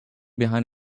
behind